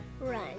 run